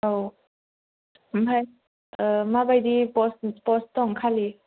औ ओमफ्राय माबायदि पस्त दं खालि